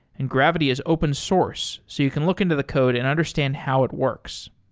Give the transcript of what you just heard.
and gravity is open source so you can look into the code and understand how it works.